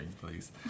please